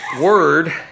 word